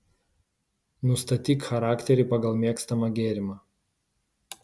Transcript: nustatyk charakterį pagal mėgstamą gėrimą